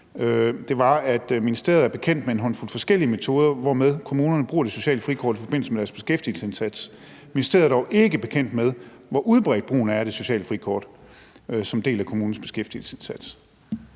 Det lød: Ministeriet er bekendt med en håndfuld forskellige metoder, hvormed kommunerne bruger det sociale frikort i forbindelse med deres beskæftigelsesindsats. Ministeriet er dog ikke bekendt med, hvor udbredt brugen er af det sociale frikort som en del af kommunens beskæftigelsesindsats.